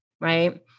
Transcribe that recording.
right